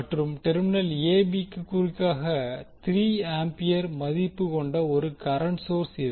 மற்றும் terminal a b க்கு குறுக்காக 3 ஆம்பியர் மதிப்பு கொண்ட ஒரு கரண்ட் சோர்ஸ் இருக்கும்